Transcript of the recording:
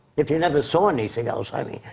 if you never saw anything else, i mean.